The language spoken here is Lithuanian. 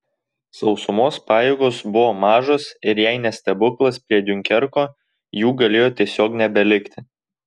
sausumos pajėgos buvo mažos ir jei ne stebuklas prie diunkerko jų galėjo tiesiog nebelikti